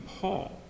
Paul